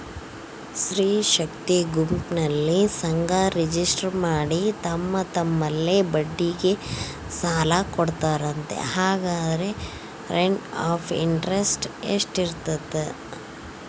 ಸ್ತ್ರೇ ಶಕ್ತಿ ಗುಂಪಿನಲ್ಲಿ ಸಂಘ ರಿಜಿಸ್ಟರ್ ಮಾಡಿ ತಮ್ಮ ತಮ್ಮಲ್ಲೇ ಬಡ್ಡಿಗೆ ಸಾಲ ಕೊಡ್ತಾರಂತೆ, ಹಂಗಾದರೆ ರೇಟ್ ಆಫ್ ಇಂಟರೆಸ್ಟ್ ಎಷ್ಟಿರ್ತದ?